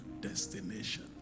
destination